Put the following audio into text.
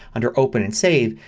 under open and save,